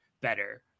better